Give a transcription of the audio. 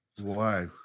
Wow